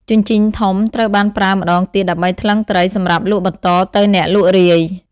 ជញ្ជីងធំ ត្រូវបានប្រើម្តងទៀតដើម្បីថ្លឹងត្រី សម្រាប់លក់បន្តទៅអ្នកលក់រាយ។